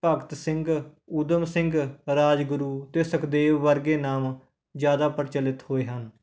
ਭਗਤ ਸਿੰਘ ਊਧਮ ਸਿੰਘ ਰਾਜਗੁਰੂ ਅਤੇ ਸੁਖਦੇਵ ਵਰਗੇ ਨਾਮ ਜ਼ਿਆਦਾ ਪ੍ਰਚਲਿਤ ਹੋਏ ਹਨ